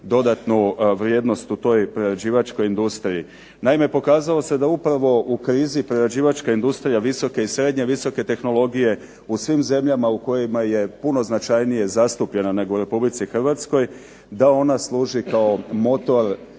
dodatnu vrijednost u toj prerađivačkoj industriji. Naime, pokazalo se da upravo u krizi prerađivačka industrija visoke i srednje visoke tehnologije u svim zemljama u kojima je puno značajnije zastupljena nego u RH da ona služi kao motor